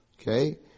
okay